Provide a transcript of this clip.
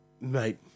mate